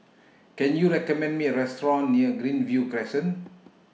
Can YOU recommend Me A Restaurant near Greenview Crescent